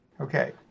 Okay